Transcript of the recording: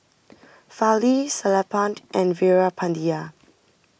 Fali Sellapan and Veerapandiya